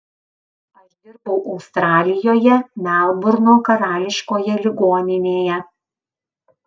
aš dirbau australijoje melburno karališkoje ligoninėje